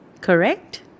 correct